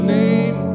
name